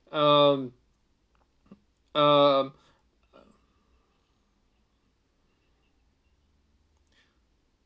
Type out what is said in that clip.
um um